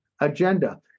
agenda